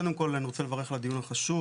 קודם כל אני רוצה לברך על הדיון החשוב.